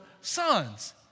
sons